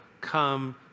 come